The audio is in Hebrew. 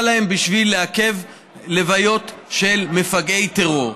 להם בשביל לעכב לוויות של מפגעי טרור.